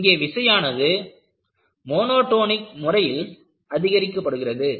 இங்கே விசையானது மோனோடோனிக் முறையில் அதிகரிக்கப்படுகிறது